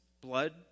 blood